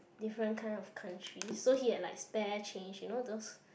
different kind of countries so he had like spare change you know those